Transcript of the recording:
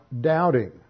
doubting